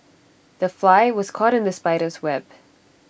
the fly was caught in the spider's web